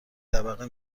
طبقه